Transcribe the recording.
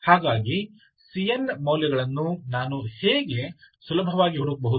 ಹಾಗಾಗಿ cn ಮೌಲ್ಯಗಳನ್ನು ನಾನು ಹೇಗೆ ಸುಲಭವಾಗಿ ಹುಡುಕಬಹುದು